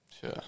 Sure